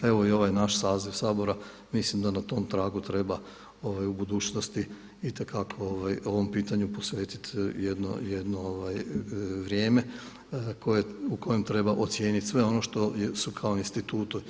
Pa evo i ovaj naš saziv Sabora mislim da na tom tragu treba u budućnosti itekako ovom pitanju posvetiti jedno vrijeme u kojem treba ocijeniti sve ono što su kao institutu